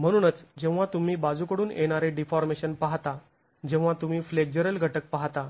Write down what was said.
म्हणूनच जेव्हा तुम्ही बाजूकडून येणारे डीफॉर्मेशन पाहता जेव्हा तुम्ही फ्लेक्झरल घटक पाहता